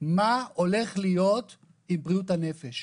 מה הולך להיות עם בריאות הנפש.